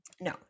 no